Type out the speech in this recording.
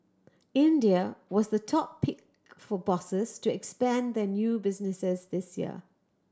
India was the top pick for bosses to expand their new businesses this year